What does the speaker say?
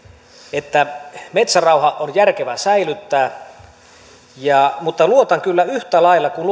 että metsärauha on järkevä säilyttää mutta luotan kyllä yhtä lailla kuin